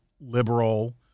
liberal